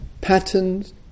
patterns